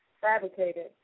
fabricated